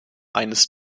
eines